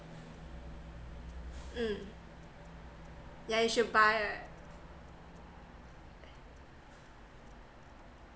mm yeah you should buy